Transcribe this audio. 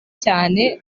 cyane